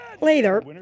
later